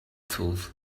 thought